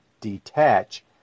Detach